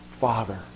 Father